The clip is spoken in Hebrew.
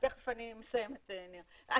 אז